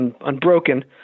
unbroken